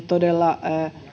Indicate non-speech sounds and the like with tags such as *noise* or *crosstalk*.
*unintelligible* todella